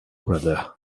brother